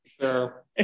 Sure